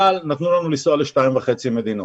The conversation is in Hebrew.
אבל נתנו לנו לנסוע לשתיים וחצי מדינות.